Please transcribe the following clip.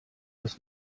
was